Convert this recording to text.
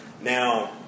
Now